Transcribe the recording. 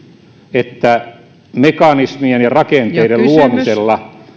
että mekanismien ja rakenteiden luomisella